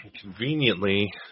Conveniently